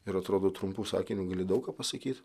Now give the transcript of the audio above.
ir atrodo trumpu sakiniu gali daug ką pasakyt